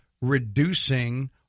reducing